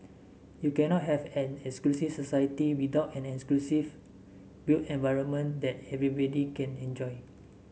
you cannot have an inclusive society without an inclusive built environment that can enjoy